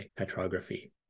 petrography